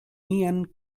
mian